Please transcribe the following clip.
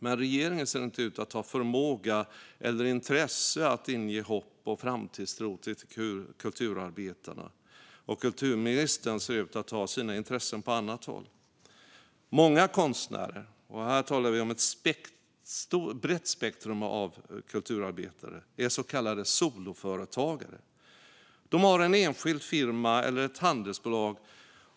Men regeringen ser inte ut att ha förmåga eller intresse av att inge hopp och framtidstro till kulturarbetarna. Och kulturministern ser ut att ha sina intressen på annat håll. Många konstnärer, och här talar jag om ett brett spektrum av kulturarbetare, är så kallade soloföretagare. De har en enskild firma eller ett handelsbolag.